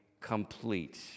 complete